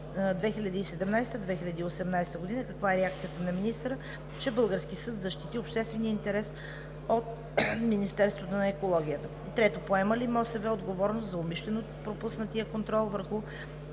2017 и 2018 г.? Каква е реакцията на министъра, че български съд защити обществения интерес от Министерството на екологията? 3. Поема ли МОСВ отговорност за умишлено пропуснатия контрол върху